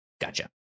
gotcha